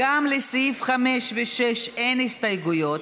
גם לסעיפים 5 ו-6 אין הסתייגויות.